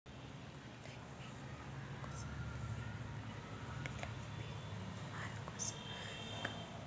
Online पीक माल कसा विका लागन?